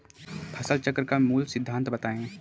फसल चक्र का मूल सिद्धांत बताएँ?